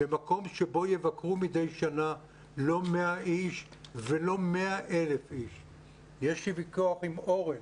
מקום שבו יבקרו מדי שנה לא 100 איש ולא 100,000. יש לי ויכוח עם אוֹרן,